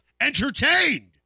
entertained